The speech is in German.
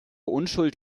unschuld